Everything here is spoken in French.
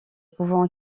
pouvant